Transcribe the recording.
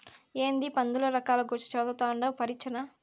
ఏందీ పందుల రకాల గూర్చి చదవతండావ్ పరీచ్చనా